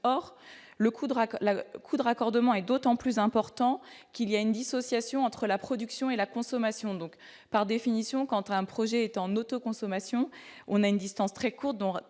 Drake la coût de raccordement et d'autant plus important qu'il y a une dissociation entre la production et la consommation, donc par définition, quand un projet est en autoconsommation, on a une distance très courte